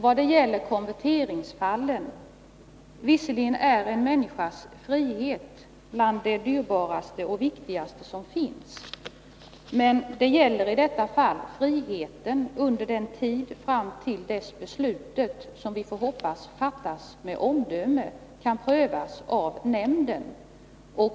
Vad sedan gäller konverteringsfallen vill jag säga att visserligen är en människas frihet bland det dyrbaraste och viktigaste som finns, men det gäller i detta fall friheten under tiden fram till dess beslutet, som vi får hoppas fattas med omdöme, kan prövas av nämnden.